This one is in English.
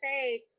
say